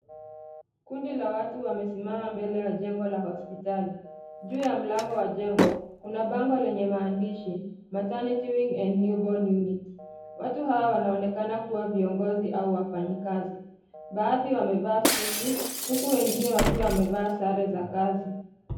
Kundi la watu wamesimama mbele ya jengo la hospitali. Juu ya mlango wa jengo, kuna bango lenye maandishi maternity wing and new born unit . Watu hawa wanaonekana kuwa viongozi au wafanyikazi. Baadhi wamevaa suti huku wengine wakiwa wamevaa sare za kazi.